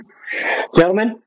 gentlemen